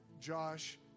Josh